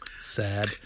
Sad